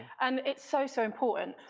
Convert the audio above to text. and it's so, so important?